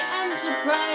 Enterprise